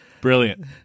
Brilliant